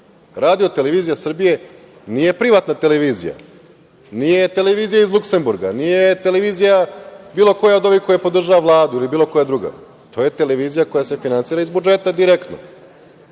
Radio televizija Srbije nije privatna televizija, nije televizija iz Luksemburga, nije televizija bilo koja od ovih koja podržava Vlada ili bilo koja druga, to je televizija koja se finansira iz budžeta direktno.